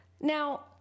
Now